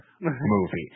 movie